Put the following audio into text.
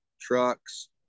trucks